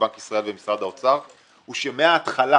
מבנק ישראל וממשרד האוצר הוא שמהתחלה,